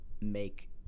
make